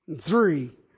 Three